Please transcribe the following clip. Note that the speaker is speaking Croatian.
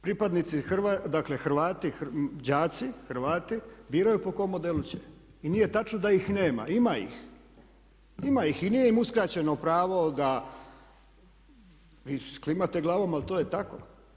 Pripadnici, dakle Hrvati, đaci, Hrvati biraju po kom modelu će i nije točno da ih nema, ima ih i nije im uskraćeno pravo da, vi klimate glavom ali to je tako.